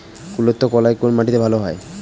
কুলত্থ কলাই কোন মাটিতে ভালো হয়?